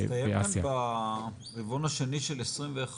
אבל זה מסתיים כאן בכיוון השני של 2021,